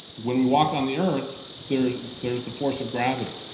when we walk on the earth there's there's the force of gravity.